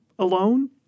alone